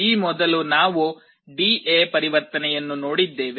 ಈ ಮೊದಲು ನಾವು ಡಿ ಎ ಪರಿವರ್ತನೆಯನ್ನು ನೋಡಿದ್ದೇವೆ